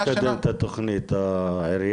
מי מקדם את התוכנית, העירייה?